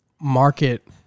market